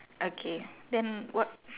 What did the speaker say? okay then what